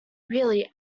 really